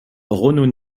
renault